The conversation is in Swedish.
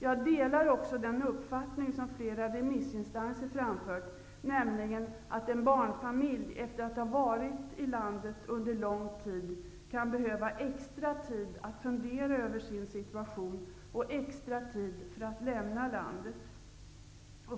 Jag delar också den uppfattning som flera remissinstanser framfört, nämligen att en barnfamilj efter att ha varit i landet under lång tid kan behöva extra tid att fundera över sin situation och extra tid för att lämna landet.